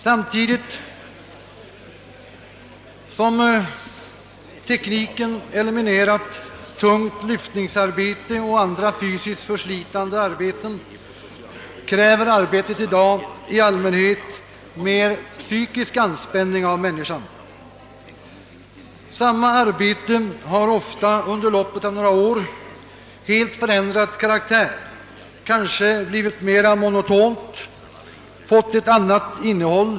Samtidigt som tekniken eliminerat tungt lyftningsarbete och andra fysiskt förslitande sysslor har arbetet blivit sådant, att det i allmänhet kräver mer psykisk anspänning. Ett och samma arbete har ofta under loppet av några år helt ändrat karaktär, kanske blivit mera monotont och fått ett annat innehåll.